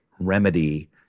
remedy